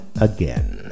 again